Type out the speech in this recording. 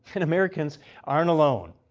and americans arent alone.